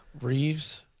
Reeves